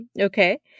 Okay